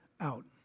out